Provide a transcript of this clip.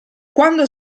quando